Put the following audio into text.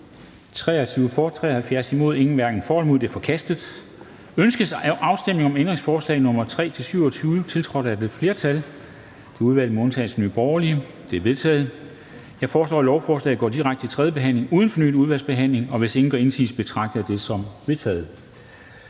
for eller imod stemte 0. Ændringsforslaget er forkastet. Ønskes afstemning om ændringsforslag nr. 3-27, tiltrådt af et flertal (udvalget med undtagelse af NB)? De er vedtaget. Jeg foreslår, at lovforslaget går direkte til tredje behandling uden fornyet udvalgsbehandling. Hvis ingen gør indsigelse, betragter jeg det som vedtaget.